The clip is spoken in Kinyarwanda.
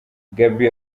gaby